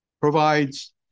provides